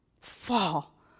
fall